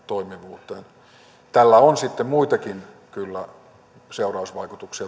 toimivuuteen tällä pohdiskelulla on sitten kyllä muitakin seurausvaikutuksia